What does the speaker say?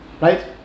Right